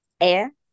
air